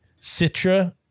Citra